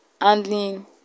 Handling